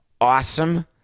awesome